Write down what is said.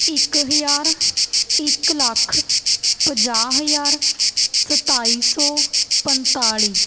ਇੱਕ ਹਜ਼ਾਰ ਇੱਕ ਲੱਖ ਪੰਜਾਹ ਹਜ਼ਾਰ ਸਤਾਈ ਸੌ ਪੰਤਾਲ਼ੀ